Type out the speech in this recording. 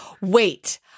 Wait